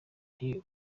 ndi